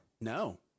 No